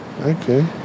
okay